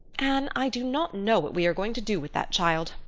anne, i do not know what we are going to do with that child.